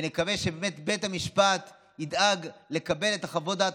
ונקווה שבאמת בית המשפט ידאג לקבל את חוות הדעת